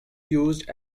used